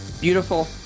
beautiful